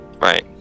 right